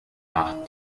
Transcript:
nach